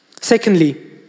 Secondly